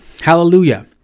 Hallelujah